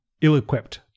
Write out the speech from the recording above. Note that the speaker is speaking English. ill-equipped